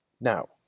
Now